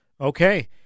Okay